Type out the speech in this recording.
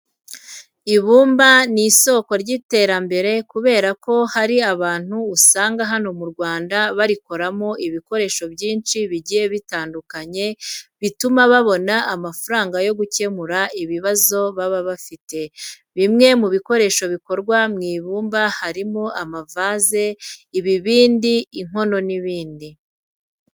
Ibumba ni isoko ry'iterambere kubera ko hari abantu usanga hano mu Rwanda barikoramo ibikoresho byinshi bigiye bitandukanye bituma babona amafaranga yo gukemuza ibibazo baba bafite. Bimwe mu bikoresho bikorwa mu ibumba harimo amavaze, ibibindi, inkono n'ibindi.